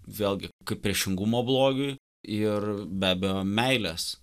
vėlgi kaip priešingumo blogiui ir be abejo meilės